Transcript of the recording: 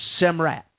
Semrat